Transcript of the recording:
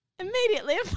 Immediately